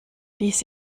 dies